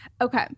okay